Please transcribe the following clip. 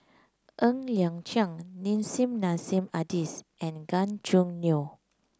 Ng Liang Chiang Nissim Nassim Adis and Gan Choo Neo